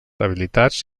habilitats